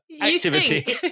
activity